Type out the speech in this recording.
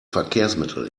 verkehrsmittel